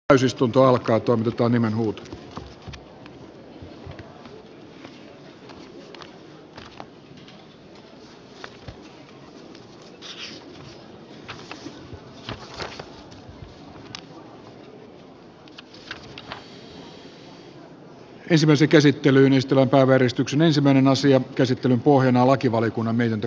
ensimmäisen käsittelyn istunto pääväristyksen ensimmäinen asian käsittelyn pohjana on lakivaliokunnan mietintö